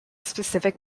specific